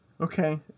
okay